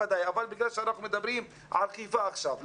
אבל אנחנו מדברים על חיפה עכשיו.